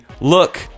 look